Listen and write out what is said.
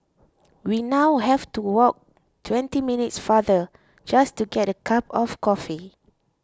we now have to walk twenty minutes farther just to get a cup of coffee